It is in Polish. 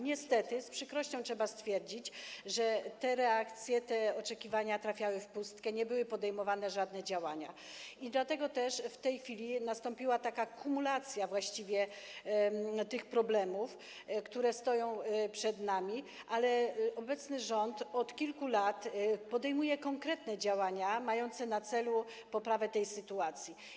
Niestety, z przykrością trzeba stwierdzić, że te reakcje, te oczekiwania trafiały w pustkę, nie były podejmowane żadne działania i dlatego też w tej chwili nastąpiła taka kumulacja problemów, które stoją przed nami, ale obecny rząd od kilku lat podejmuje konkretne działania mające na celu poprawę sytuacji.